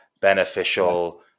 beneficial